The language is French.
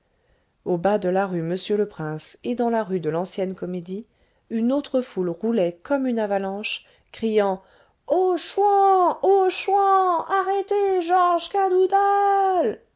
au bas de la rue monsieur-le-prince et dans la rue de lancienne comédie une autre foule roulait comme une avalanche criant au chouan au chouan arrêtez georges